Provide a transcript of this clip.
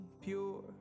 pure